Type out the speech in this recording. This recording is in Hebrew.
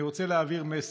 אני רוצה להעביר מסר: